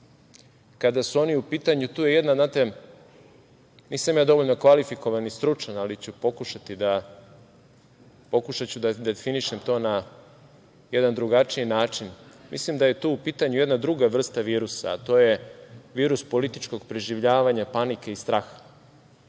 kada su oni u pitanju, nisam ja dovoljno kvalifikovan i stručan, ali ću pokušati da definišem to na jedan drugačiji način. Mislim da je tu u pitanju jedna druga vrsta virusa, a to je virus političkog preživljavanja, panike i straha.